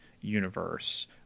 Universe